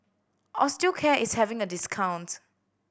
Osteocare is having a discount